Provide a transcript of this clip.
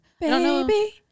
Baby